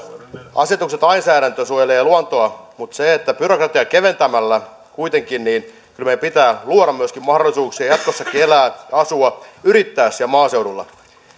asetukset ja lainsäädäntö suojelevat luontoa mutta byrokratiaa keventämällä kuitenkin kyllä meidän pitää luoda myöskin mahdollisuuksia jatkossakin elää asua yrittää siellä maaseudulla